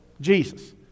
Jesus